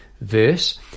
verse